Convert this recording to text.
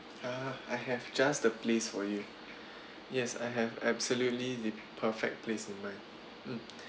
ah I have just the place for you yes I have absolutely the perfect place in mind mm